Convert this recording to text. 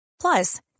Plus